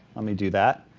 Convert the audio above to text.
let me do that,